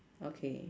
okay